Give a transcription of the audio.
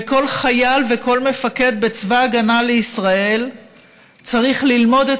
וכל חייל וכל מפקד בצבא ההגנה לישראל צריך ללמוד את